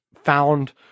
found